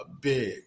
big